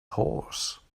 horse